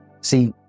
See